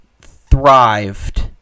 thrived